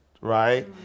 right